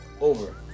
over